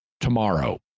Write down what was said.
tomorrow